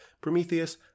Prometheus